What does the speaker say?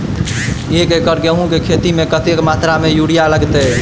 एक एकड़ गेंहूँ केँ खेती मे कतेक मात्रा मे यूरिया लागतै?